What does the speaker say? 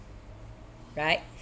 right